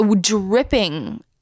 dripping